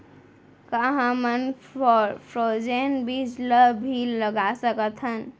का हमन फ्रोजेन बीज ला भी लगा सकथन?